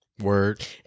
Word